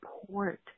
support